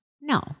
No